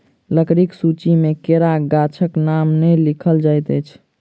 लकड़ीक सूची मे केरा गाछक नाम नै लिखल जाइत अछि